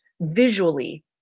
visually